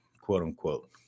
quote-unquote